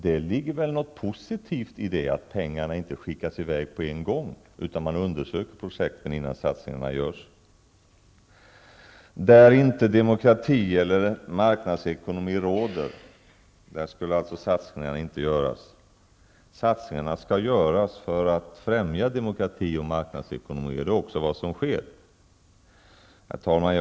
Det finns väl något positivt också i detta med att pengar inte skickas i väg på en gång utan att man undersöker olika projekt innan satsningar görs. Satsningarna skulle alltså inte göras där inte demokrati eller marknadsekonomi råder. Satsningarna skall göras för att främja demokrati och marknadsekonomi. Det är också vad som sker. Herr talman!